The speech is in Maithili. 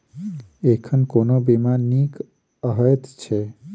एखन कोना बीमा नीक हएत छै?